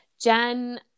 Jen